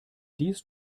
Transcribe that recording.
dies